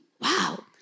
Wow